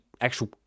actual